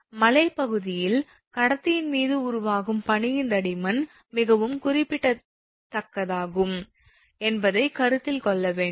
எனவே மலைப்பகுதியில் கடத்தியின் மீது உருவாகும் பனியின் தடிமன் மிகவும் குறிப்பிடத்தக்கதாகும் என்பதை கருத்தில் கொள்ள வேண்டும்